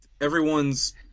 everyone's